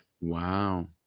Wow